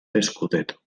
scudetto